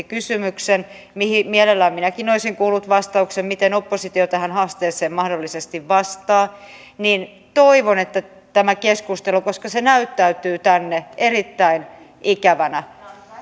kysymyksen mihin mielelläni minäkin olisin kuullut vastauksen eli miten oppositio tähän haasteeseen mahdollisesti vastaa toivon että tämä keskustelu koska se näyttäytyy tänne erittäin ikävänä